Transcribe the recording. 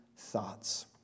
thoughts